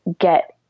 get